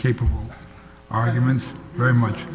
capable argument very much